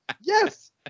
yes